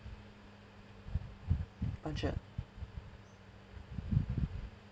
budget